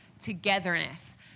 Togetherness